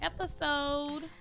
episode